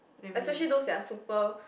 especially those are super